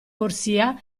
corsia